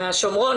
מהשומרון.